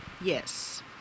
Yes